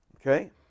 Okay